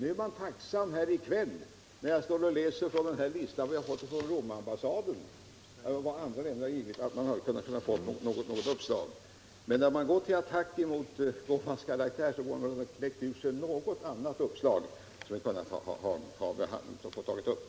Nu är man tacksam när jag här i kväll står och läser från den lista som vi har fått från Romambassaden och som talar om vad andra länder har givit. När man går till attack mot gåvans karaktär borde man ha kläckt ur sig något annat uppslag som vi hade kunnat ta upp. Det har alltså inte skett.